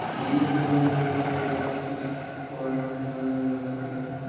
हमनी के लोन लेवे के वक्त कुछ प्वाइंट ध्यान में रखे के चाही